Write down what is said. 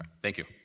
thank you.